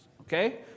okay